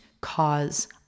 cause